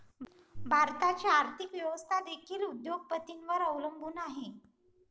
भारताची आर्थिक व्यवस्था देखील उद्योग पतींवर अवलंबून आहे